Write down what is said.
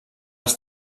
els